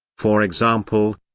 for example,